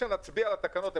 כשנצביע על התקנות,